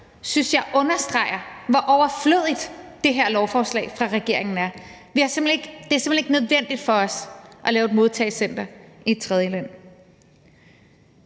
synes jeg understreger, hvor overflødigt det her lovforslag fra regeringen er. Det er simpelt hen ikke nødvendigt for os at lave et modtagecenter i et tredjeland.